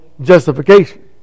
justification